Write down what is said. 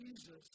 Jesus